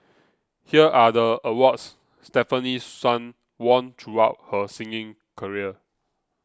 here are the awards Stefanie Sun won throughout her singing career